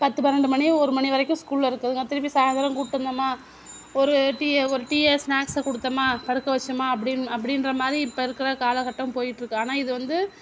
பத்து பன்னெண்டு மணி ஒரு மணி வரைக்கும் ஸ்கூல்ல இருக்குதுங்க திருப்பி சாயந்தரம் கூப்பிட்டு வந்தோமா ஒரு டீயை ஒரு டீயை ஸ்னாக்ஸை கொடுத்தோமா படுக்க வச்சோமா அப்படின்னு அப்படின்ற மாதிரி இப்போ இருக்கிற காலக்கட்டம் போயிட்டிருக்கு ஆனால் இது வந்து